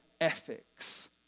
ethics